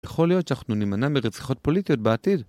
יכול להיות שאנחנו נמנע מרציחות פוליטיות בעתיד